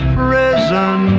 prison